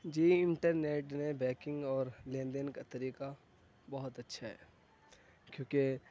جی internet نے banking اور لین دین کا طریقہ بہت اچھا ہے کیوں کہ